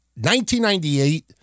1998